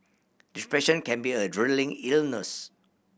depression can be a draining illness